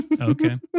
Okay